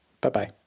Bye-bye